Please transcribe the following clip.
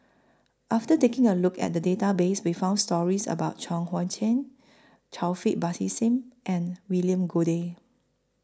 after taking A Look At Database We found stories about Chuang Hui Tsuan Taufik Batisah and William Goode